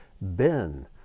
Ben